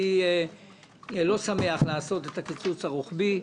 אני לא שמח לעשות את הקיצוץ הרוחבי.